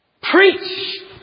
preach